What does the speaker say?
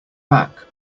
back